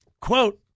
Quote